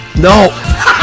No